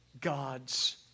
God's